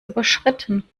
überschritten